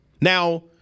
Now